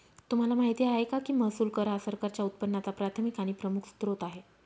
तुम्हाला माहिती आहे का की महसूल कर हा सरकारच्या उत्पन्नाचा प्राथमिक आणि प्रमुख स्त्रोत आहे